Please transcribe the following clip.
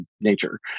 nature